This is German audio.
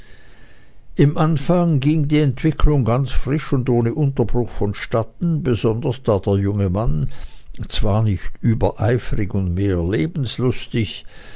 im anfange ging die entwicklung ganz frisch und ohne unterbruch vonstatten besonders da der junge mann zwar nicht übereifrig und mehr lebenslustig